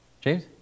James